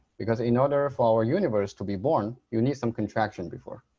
because in order ah for our universe to be born you need some contraction before.